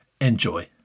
Enjoy